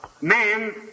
man